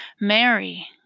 Mary